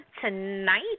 Tonight